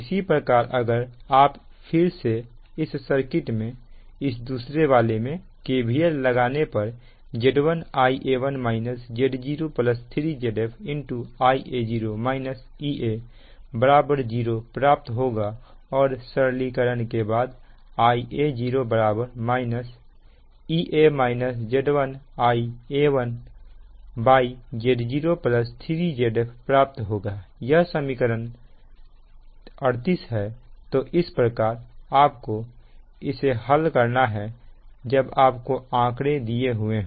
इसी प्रकार अगर आप फिर से इस सर्किट में इसे दूसरे वाले में KVL लगाने पर Z1 Ia1 Z03Zf Ia0 Ea 0प्राप्त होगा और सरलीकरण के बाद Ia0 Ea Z1 Ia1Z03Zf प्राप्त होगा यह समीकरण 38 है तो इस प्रकार आपको इसे हल करना है जब आपको आंकड़े दिए हुए हो